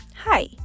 Hi